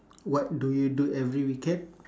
what do you do every weekend